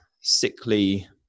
sickly